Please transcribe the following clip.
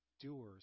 doers